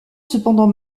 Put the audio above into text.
cependant